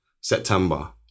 September